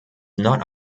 not